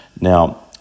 Now